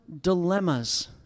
dilemmas